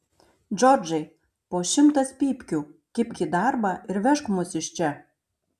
džordžai po šimtas pypkių kibk į darbą ir vežk mus iš čia